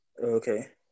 Okay